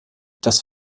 das